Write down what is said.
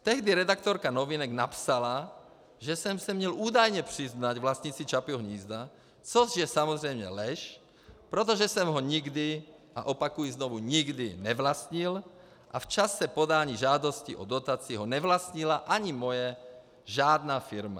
Tehdy redaktorka Novinek napsala, že jsem se měl údajně přiznat k vlastnictví Čapího hnízda, což je samozřejmě lež, protože jsem ho nikdy a opakuji znovu, nikdy nevlastnil a v době podání žádosti o dotaci ho nevlastnila ani moje žádná firma.